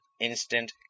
instant